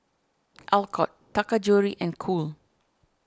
Alcott Taka Jewelry and Cool